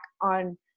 on